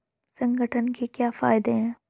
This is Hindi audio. संगठन के क्या फायदें हैं?